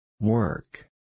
Work